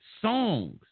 songs